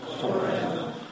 forever